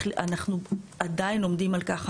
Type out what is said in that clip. אנחנו עדיין עומדים על כך.